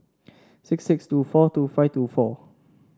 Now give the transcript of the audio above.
six six two four two five two four